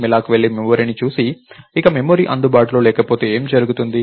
malloc వెళ్లి మెమరీని చూసి ఇక మెమరీ అందుబాటులో లేకపోతే ఏమి జరుగుతుంది